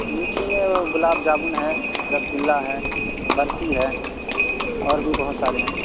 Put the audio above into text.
میٹھے میں گلاب جامن ہے رسگلہ ہے برفی ہے اور بھی بہت سارے ہیں